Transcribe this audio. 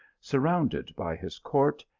surrounded by his court,